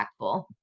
impactful